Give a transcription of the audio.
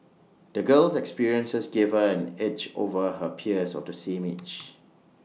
the girl's experiences gave her an edge over her peers of the same age